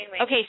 Okay